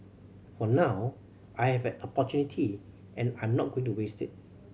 for now I have an opportunity and I'm not going to waste it